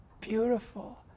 beautiful